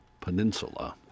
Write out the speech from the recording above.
Peninsula